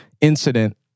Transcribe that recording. incident